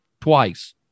Twice